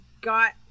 got